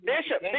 Bishop